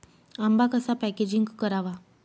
आंबा कसा पॅकेजिंग करावा?